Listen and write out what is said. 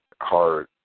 hard